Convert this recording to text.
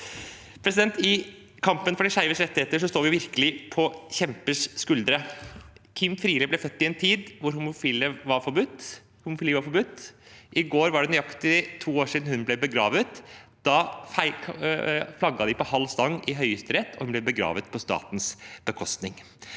I kampen for de skeives rettigheter står vi virkelig på kjempers skuldre. Kim Friele ble født i en tid hvor homofili var forbudt. I går var det nøyaktig to år siden hun ble begravet. Da flagget de på halv stang i Høyesterett, og hun ble begravet på statens bekostning.